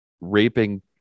raping